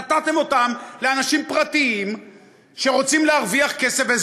נתתם אותם לאנשים פרטיים שרוצים להרוויח כסף,